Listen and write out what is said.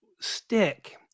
stick